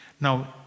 Now